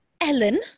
Ellen